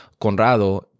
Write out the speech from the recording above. Conrado